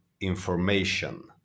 information